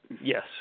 Yes